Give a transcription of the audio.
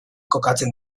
kokatzen